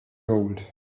gold